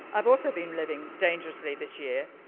i've also been living dangerously this year.